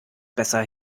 besser